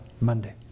Monday